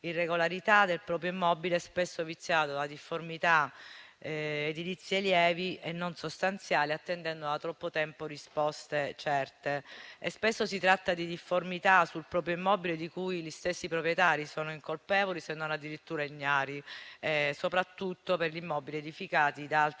irregolarità del proprio immobile, spesso viziato da difformità edilizie lievi e non sostanziali, attendendo da troppo tempo risposte certe. Spesso si tratta di difformità sul proprio immobile di cui gli stessi proprietari sono incolpevoli, se non addirittura ignari, soprattutto per gli immobili edificati da altri